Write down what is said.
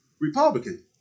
Republican